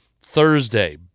Thursday